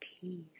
peace